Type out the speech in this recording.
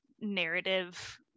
narrative